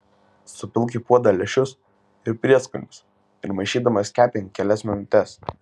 supilk į puodą lęšius ir prieskonius ir maišydamas kepink kelias minutes